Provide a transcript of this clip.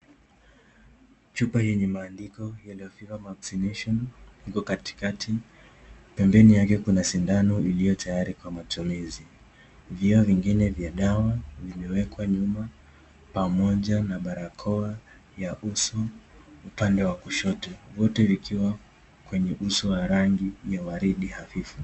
Chupa yenye maandiko Yellow Fever Vaccination iko katikati pembeni yake kuna sindano iliyo tayari kwa matumizi. Vioo vingine vya dawa vimewekwa nyuma pamoja na barakoa ya uso upande wa kushoto vyote vikiwa kwenye uso wa rangi ya waridi hafifu.